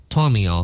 Tommy